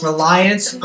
Reliance